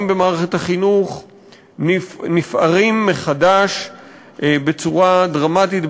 במערכת החינוך נפערים מחדש בצורה דרמטית,